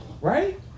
Right